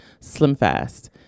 SlimFast